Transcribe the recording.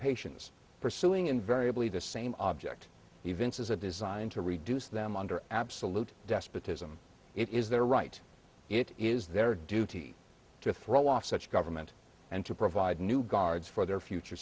pations pursuing invariably the same object even says a design to reduce them under absolute despotism it is their right it is their duty to throw off such government and to provide new guards for their future